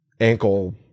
ankle